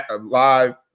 live